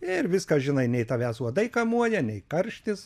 ir viską žinai nei tavęs uodai kamuoja nei karštis